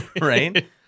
right